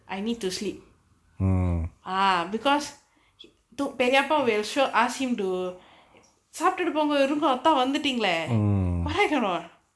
I need to sleep ah because to periyappa will sure ask him do சாப்டுட்டு போங்க இருங்கோ அதா வந்துடிங்களே:saaptutu ponga irungo atha vanthutingalae why cannot